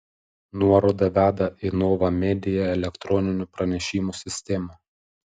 nuoroda veda į nova media elektroninių pranešimų sistemą